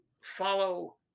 follow